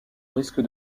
risque